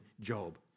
Job